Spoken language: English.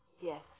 Yes